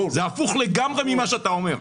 זה הפוך לגמרי ממה שאתה אומר,